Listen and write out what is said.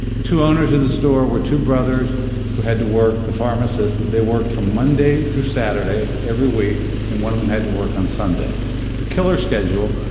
the two owners of the store were two brothers who had to work. the pharmacist they worked from monday through saturday every week, and one of them had to work on sunday. it's a killer schedule.